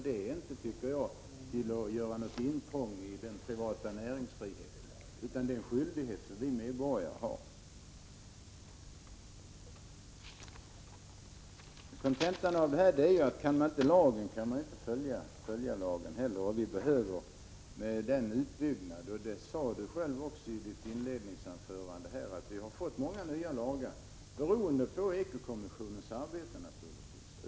Det är inte att göra intrång i den privata näringsfriheten, utan det är ett ansvar som jag tycker att alla samhällsmedborgare är skyldiga att ta. Kontentan är alltså att kan man inte lagen så kan man heller inte följa den. Som Björn Körlof sade i sitt anförande har vi fått många nya lagar, naturligtvis beroende på ekokommissionens arbete.